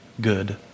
good